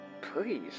please